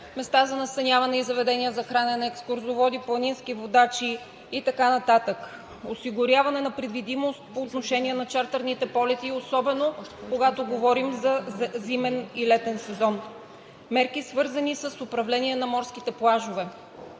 места за настаняване и заведения за хранене, екскурзоводи, планински водачи и така нататък. Осигуряване на предвидимост по отношение на чартърните полети и особено когато говорим за зимен и летен сезон. Мерки, свързани с управление на морските плажове.